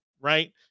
right